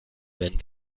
wenn